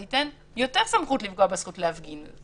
זה ייתן יותר סמכות לפגוע בזכות להפגין.